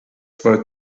zwei